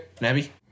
Nabby